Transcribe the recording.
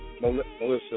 Melissa